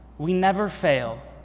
we never fail